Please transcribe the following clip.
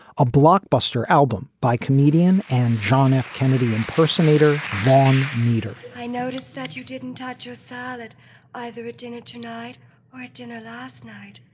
a blockbuster album by comedian and john f. kennedy impersonator van meter i noticed that you didn't touch your ah salad either at dinner tonight or at dinner last night.